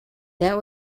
that